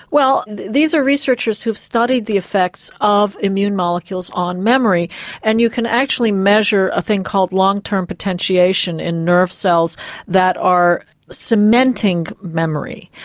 well these are researchers who have studied the effects of immune molecules on memory and you can actually measure a thing called long term potentiation in nerve cells that are cementing memory.